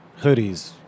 hoodies